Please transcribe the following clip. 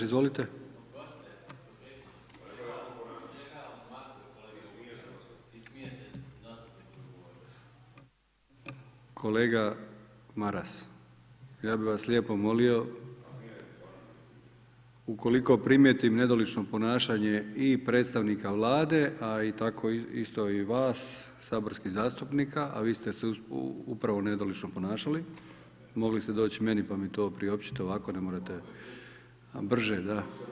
Izvolite. … [[Upadica se ne čuje.]] Kolega Maras, ja bih vas lijepo molio ukoliko primijetim nedolično ponašanje i predstavnika Vlade a i tako isto i vas saborskih zastupnika a vi ste se upravo nedolično ponašali, mogli ste doći meni pa mi to priopćiti ovako, ne morate, ...… [[Upadica se ne čuje.]] brže da.